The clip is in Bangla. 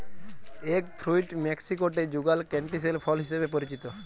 এগ ফ্রুইট মেক্সিকোতে যুগাল ক্যান্টিসেল ফল হিসেবে পরিচিত